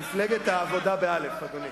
מפלגת האבודה, באל"ף, אדוני.